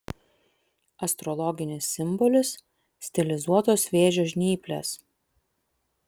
astrologinis simbolis stilizuotos vėžio žnyplės